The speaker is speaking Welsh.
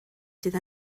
sydd